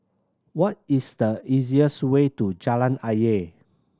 what is the easiest way to Jalan Ayer